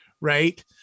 Right